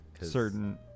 Certain